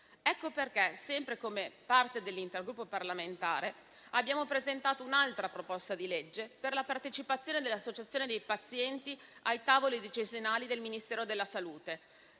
lavoro. Sempre come parte dell'intergruppo parlamentare, abbiamo presentato un'altra proposta di legge per la partecipazione delle associazioni dei pazienti ai tavoli decisionali del Ministero della salute.